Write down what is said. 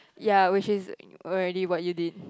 ya which is already what you did